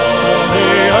someday